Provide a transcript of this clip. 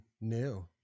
new